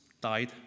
died